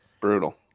Brutal